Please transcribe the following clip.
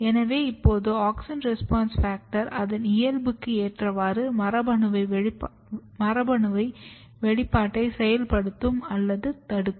எனவே இப்போது AUXIN RESPONSE FACTOR அதன் இயல்புக்கு ஏற்றவாறு மரபணுவை வெளிப்பாட்டை செயல்படுத்தும் அல்லது தடுக்கும்